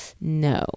no